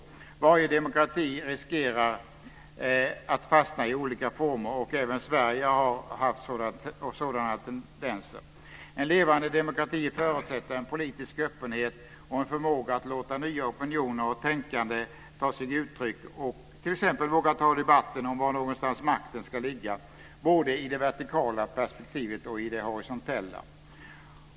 Men varje demokrati riskerar att fastna i olika former. Även Sverige har haft sådana tendenser. En levande demokrati förutsätter en politisk öppenhet och en förmåga att låta nya opinioner och nytt tänkande ta sig uttryck, att t.ex. våga ta debatten om var någonstans makten ska ligga - både i det vertikala perspektivet och i det horisontella.